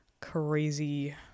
crazy